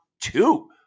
two